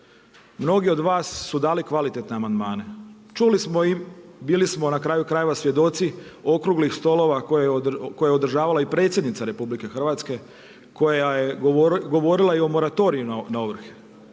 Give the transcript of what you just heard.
Mnogi od vas su dali kvalitetne amandmane. Čuli smo i bili smo na kraju krajeva svjedoci okruglih stolova koje je održavala i predsjednica RH koja je govorila i o moratorij na ovrhe,